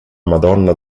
madonna